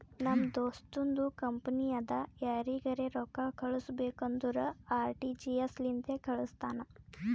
ನಮ್ ದೋಸ್ತುಂದು ಕಂಪನಿ ಅದಾ ಯಾರಿಗರೆ ರೊಕ್ಕಾ ಕಳುಸ್ಬೇಕ್ ಅಂದುರ್ ಆರ.ಟಿ.ಜಿ.ಎಸ್ ಲಿಂತೆ ಕಾಳುಸ್ತಾನ್